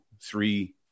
three